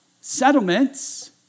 settlements